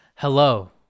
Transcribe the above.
hello